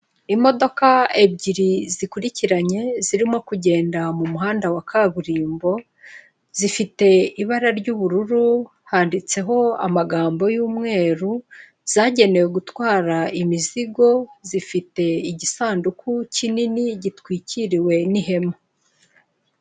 Imodoka ebyiri zikurikiranye zirimo kugenda mu muhanda wa kaburimbo, zifite ibara ry'ubururu, handitseho amagambo y'umweru, zagenewe gutwara imizigo, zifite igisanduku kinini gitwikiriwe n'ihema.